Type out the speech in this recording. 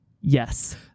yes